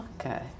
Okay